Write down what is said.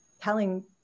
telling